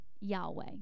Yahweh